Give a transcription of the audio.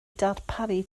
darparu